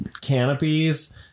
canopies